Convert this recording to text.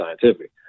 scientific